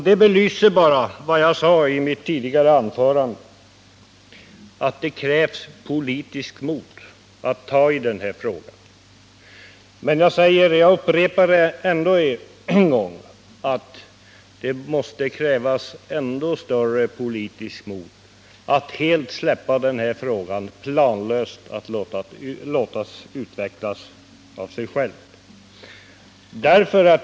Detta belyser bara vad jag sade i mitt tidigare anförande, nämligen att det krävs politiskt mod att ta i den här frågan, men jag upprepar att det måste krävas ännu större politiskt mod att helt släppa den och planlöst låta utvecklingen gå av sig själv.